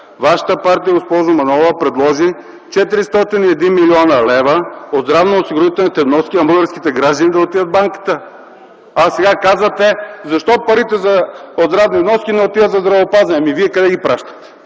вашата партия, госпожо Манолова, предложи 401 млн. лв. от здравноосигурителните вноски на българските граждани да отидат в Банката, а сега казвате: защо парите от здравни вноски отиват за здравеопазване? Ами, вие къде ги пращахте?